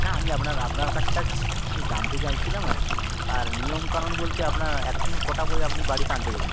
হ্যাঁ আমি আপনার আপনার কাজ টাজ কিছু জানতে চাইছিলাম আর কি আর নিয়মকানুন বলতে আপনার একসঙ্গে কটা বই আপনি বাড়িতে আনতে দেবেন